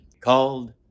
called